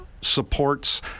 supports